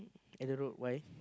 I don't know why